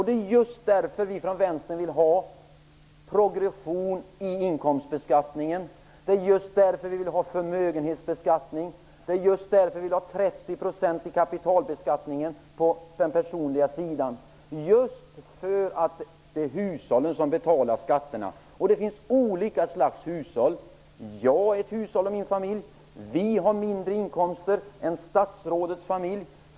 Det är just därför vi i vänstern vill ha progression i inkomstbeskattningen. Det är just därför vi vill ha förmögenhetsbeskattning. Vi vill ha 30 % i kapitalbeskattning på den personliga sidan just för att det är hushållen som betalar skatterna. Det finns olika slags hushåll. Jag och min familj är ett hushåll. Vi har mindre inkomster än statsrådets familj.